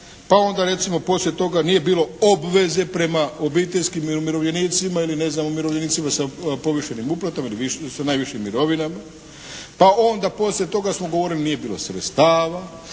pa onda recimo poslije toga nije bilo obveze prema obiteljskim umirovljenicima ili ne znam umirovljenicima sa povišenim uplatama ili sa najvišim mirovinama, pa onda poslije toga smo govorili nije bilo sredstava,